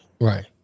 Right